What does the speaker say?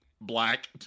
black